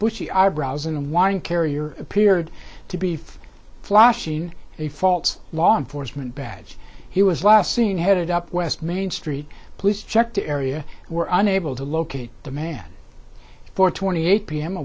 bushy eyebrows and one carrier appeared to be flashing a fault law enforcement badge he was last seen headed up west main street police check the area were unable to locate the man for twenty eight p